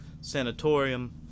Sanatorium